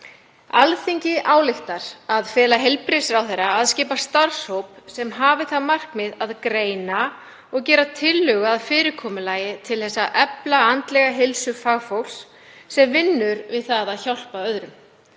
„Alþingi ályktar að fela heilbrigðisráðherra að skipa starfshóp sem hafi það markmið að greina og gera tillögur að fyrirkomulagi til þess að efla geðheilsu fagfólks sem vinnur við að hjálpa öðrum,